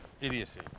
idiocy